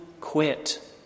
quit